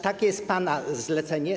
Takie jest pana zalecenie.